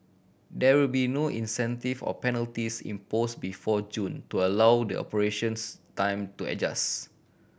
there will be no incentive or penalties imposed before June to allow the operations time to adjust